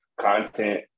Content